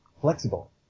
flexible